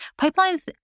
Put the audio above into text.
pipelines